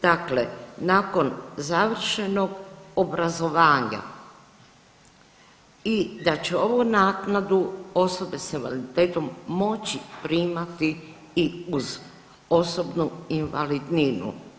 Dakle, nakon završenog obrazovanja i da će ovu naknadu osobe s invaliditetom moći primati i uz osobnu invalidninu.